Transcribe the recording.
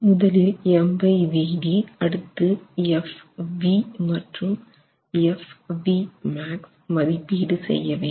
முதலில் MVd அடுத்து F v மற்றும் F v max மதிப்பீடு செய்ய வேண்டும்